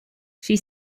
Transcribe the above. she